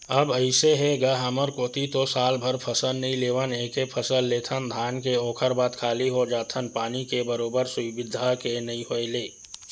अब अइसे हे गा हमर कोती तो सालभर फसल नइ लेवन एके फसल लेथन धान के ओखर बाद खाली हो जाथन पानी के बरोबर सुबिधा के नइ होय ले